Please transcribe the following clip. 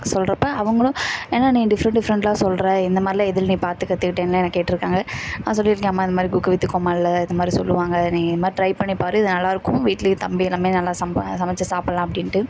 சொல்லுறப்ப அவங்களும் என்ன நீ டிஃப்ரெண்ட் டிஃப்ரெண்ட்டாக சொல்லுற இந்தமாதிரிலாம் எதில் நீ பார்த்து கத்துக்கிட்டன்னுலாம் என்னை கேட்டிருக்காங்க நான் சொல்லியிருக்கேன் அம்மா இந்தமாதிரி குக்கு வித்து கோமாளியில் இதமாதிரி சொல்லுவாங்க நீ இதுமாதிரி ட்ரை பண்ணி பார் இது நல்லா இருக்கும் வீட்டிலயும் தம்பி எல்லாருமே நல்லா சம் சமைச்சு சாப்பிட்லாம் அப்படின்ட்டு